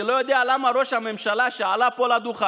אני לא יודע למה ראש הממשלה, שעלה פה לדוכן,